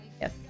Yes